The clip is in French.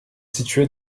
située